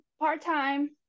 part-time